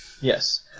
Yes